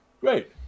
great